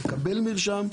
לקבל מרשם,